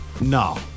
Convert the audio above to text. No